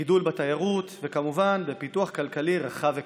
גידול בתיירות, וכמובן, פיתוח כלכלי רחב היקף.